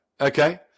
Okay